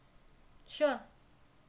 sure